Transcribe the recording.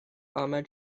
ahmad